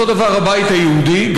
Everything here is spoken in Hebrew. אותו דבר הבית היהודי.